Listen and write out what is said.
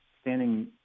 standing